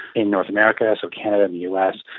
in north america, so canada and the us,